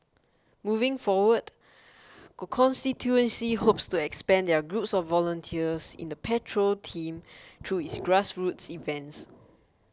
moving forward constituency hopes to expand their groups of volunteers in the patrol team through its grassroots events